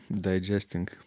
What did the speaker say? digesting